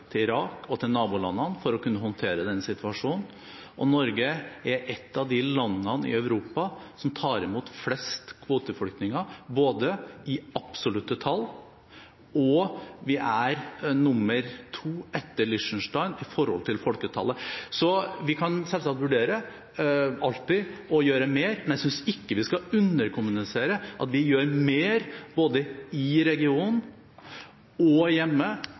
til Irak og til nabolandene for å kunne håndtere denne situasjonen. Norge er et av de landene i Europa som tar imot flest kvoteflyktninger i absolutte tall, og vi er nr. 2 etter Liechtenstein i forhold til folketallet. Så vi kan selvsagt alltid vurdere å gjøre mer, men jeg synes ikke vi skal underkommunisere at vi gjør mer både i regionen og hjemme